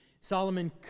Solomon